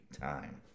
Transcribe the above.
time